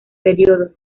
período